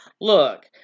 look